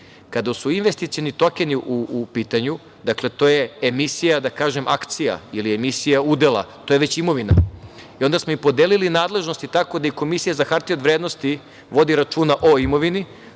Kada su investicioni tokeni u pitanju, dakle to je emisija akcija, ili emisija udela, to je već imovina i onda smo i podelili nadležnosti tako da i Komisija za hartije od vrednosti vodi računa o imovini,